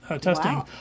testing